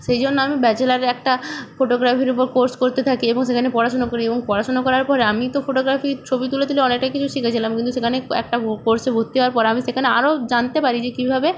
সেই জন্য আমি ব্যাচেলারে একটা ফোটোগ্রাফির ওপর কোর্স করতে থাকি এবং সেখানে পড়াশোনা করি এবং পড়াশোনার করার পরে আমি তো ফোটোগ্রাফি ছবি তোলা তুলি অনেকটা কিছু শিখেছিলাম কিন্তু সেখানে একটা কোর্স ভর্তি হওয়ার পর আমি সেখানে আরো জানতে পারি যে কীভাবে